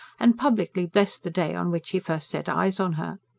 and publicly blessed the day on which he first set eyes on her.